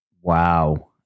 Wow